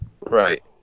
Right